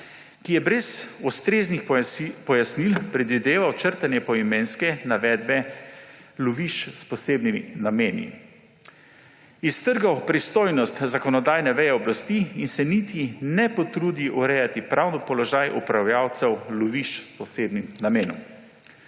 ki je brez ustreznih pojasnil predvideval črtanje poimenske navedbe lovišč s posebnimi nameni, iztrgal pristojnost zakonodajne veje oblasti in se niti ne potrudi urejati pravnega položaja upravljavcev lovišč s posebnim namenom.